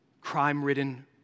crime-ridden